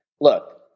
look